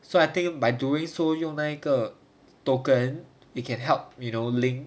so I think by doing so you 用那个 token you can help you know link